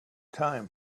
time